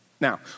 Now